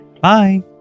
Bye